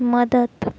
मदत